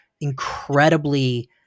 incredibly